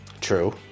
True